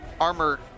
armor